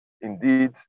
indeed